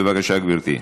בבקשה, גברתי,